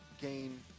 gain